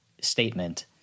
statement